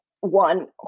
one